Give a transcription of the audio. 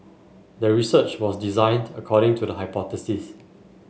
the research was designed according to the hypothesis